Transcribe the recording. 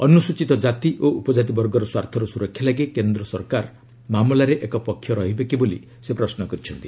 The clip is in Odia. ଅନୁସୂଚିତ କାତି ଓ ଉପଜାତି ବର୍ଗର ସ୍ୱାର୍ଥର ସୁରକ୍ଷା ଲାଗି କେନ୍ଦ୍ର ସରକାର ମାମଲାରେ ଏକ ପକ୍ଷ ରହିବେ କି ବୋଲି ସେ ପ୍ରଶ୍ନ କରିଛନ୍ତି